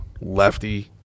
lefty